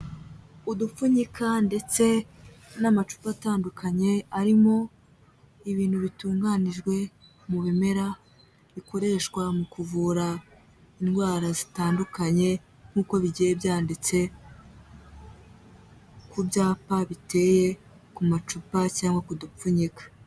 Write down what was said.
Udupfunyika ndetse n'amacupa atandukanye arimo ibintu bitunganijwe mu bimera, bikoreshwa mu kuvura indwara zitandukanye nk'uko bigiye byanditse ku byapa biteye ku macupa cyangwa kudupfunyika.